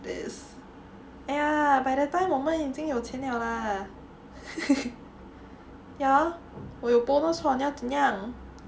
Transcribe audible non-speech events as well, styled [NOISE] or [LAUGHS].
this !aiya! by the time 我们已经有钱了 [LAUGHS] ya 我有 bonus [what] 你要这么样